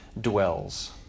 dwells